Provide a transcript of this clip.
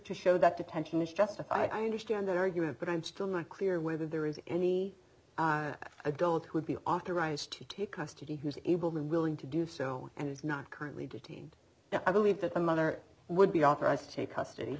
to show that detention is justified i understand that argument but i'm still not clear whether there is any adult who would be authorized to take custody who's able and willing to do so and is not currently detained i believe that the mother would be authorized to take custody